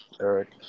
Eric